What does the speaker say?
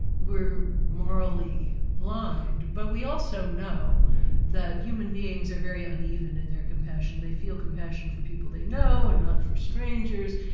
we're morally blind, but we also know that human beings are very uneven in their compassion. they feel compassion for people they know and not for strangers,